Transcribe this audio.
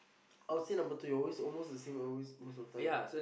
I would say number three always almost the same always most of time